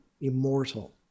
immortal